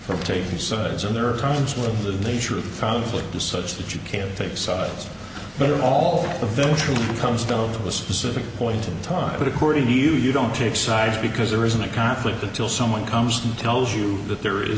from taking sides and there are times when the nature of conflict is such that you can't take sides but all of those really comes down to the specific point in time but according to you you don't take sides because there isn't a conflict until someone comes and tells you that there is